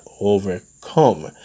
overcome